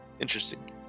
interesting